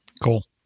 Cool